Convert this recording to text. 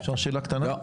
לא.